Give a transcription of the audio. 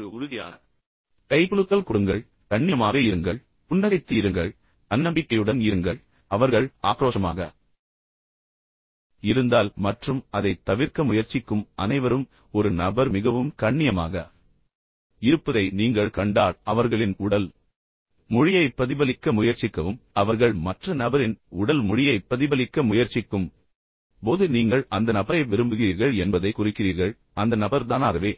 ஒரு உறுதியான கைகுலுக்கல் கொடுங்கள் கண்ணியமாக இருங்கள் புன்னகைத்து இருங்கள் தன்னம்பிக்கையுடன் இருங்கள் அவர்கள் மிகவும் ஆக்ரோஷமாக இருந்தால் மற்றும் அதைத் தவிர்க்க முயற்சிக்கும் அனைவரும் ஆனால் ஒரு நபர் மிகவும் கண்ணியமாக இருப்பதை நீங்கள் கண்டால் அவர்களின் உடல் மொழியைப் பிரதிபலிக்க முயற்சிக்கவும் பொதுவாக அவர்கள் மற்ற நபரின் உடல் மொழியைப் பிரதிபலிக்க முயற்சிக்கும்போது நீங்கள் அந்த நபரைப் விரும்புகிறீர்கள் என்பதை குறிக்கிறீர்கள் அந்த நபர் தானாகவே